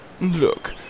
Look